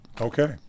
Okay